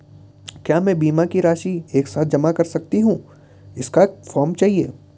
क्या मैं बीमा की राशि एक साथ जमा कर सकती हूँ इसका फॉर्म चाहिए?